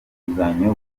inguzanyo